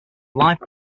live